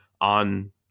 on